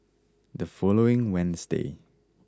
the following Wednesday